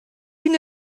une